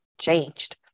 changed